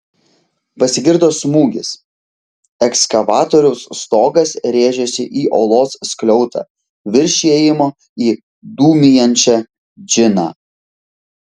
pasigirdo smūgis ekskavatoriaus stogas rėžėsi į olos skliautą virš įėjimo į dūmijančią džiną